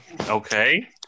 Okay